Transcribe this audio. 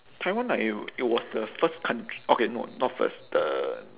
taiwan I it was the first countr~ okay no not first the